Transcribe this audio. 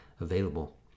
available